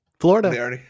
Florida